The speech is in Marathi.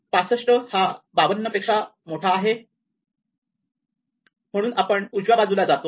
65 हा 52 पेक्षा मोठा आहे म्हणून आपण उजव्या बाजूला जातो